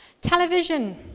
Television